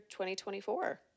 2024